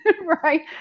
right